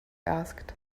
asked